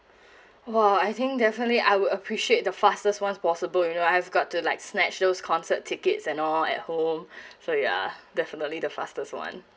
!whoa! I think definitely I would appreciate the fastest one possible you know I've got to like snack shows concert tickets and all at home so ya definitely the fastest one